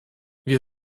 wir